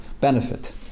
benefit